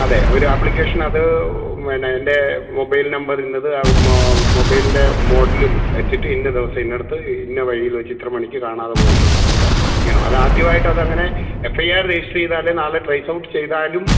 അതെ ഒരു ആപ്ലിക്കേഷന് അത് എന്റെ മൊബൈല് നമ്പര് ഇന്നത് മൊബൈലിന്റെ മോഡലും വേച്ചിട്ട് ഇന്ന ദിവസം ഇന്നെടുത്ത് ഇന്ന വഴിയില് വേച്ച് ഇത്ര മണിക്ക് കാണാതെ പോയിട്ടുണ്ടെന്നുള്ള അതെ അത് ആദ്യമായിട്ടങ്ങനെ എഫ് ഐ ആര് രജിസ്റ്റര് ചെയ്താലേ നാളെ ട്രേസ് ഔട്ട് ചെയ്താലും